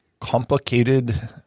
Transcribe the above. complicated